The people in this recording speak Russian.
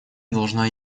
должна